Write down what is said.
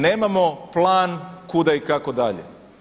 Nemamo plan kuda i kako dalje.